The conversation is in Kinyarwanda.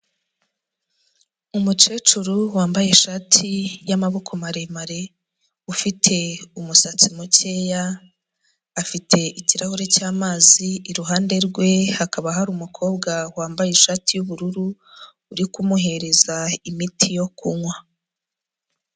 Umukecuru wambaye ishati y'amaboko maremare, ufite umusatsi mukeya, afite ikirahure cy'amazi, iruhande rwe hakaba hari umukobwa wambaye ishati y'ubururu uri kumuhereza imiti yo kunywa.